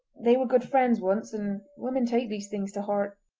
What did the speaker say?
they were good friends once, and women take these things to heart.